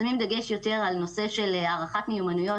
שמים דגש יותר על נושא של הערכת מיומנויות,